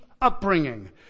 upbringing